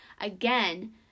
again